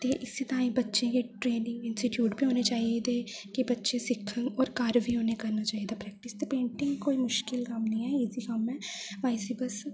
ते इस्सै ताहीं बच्चे दी ट्रेनिंग इंस्टीट्यूट बी होने चाहिदे ते बच्चे सिक्खन होर घर बी उ'नें करना चाहिदा प्रेक्टिस ते पेंटिंग च कोई मुश्कल कम्म नेईं ऐ इजी कम्म ऐ इसी बस